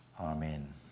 Amen